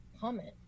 comment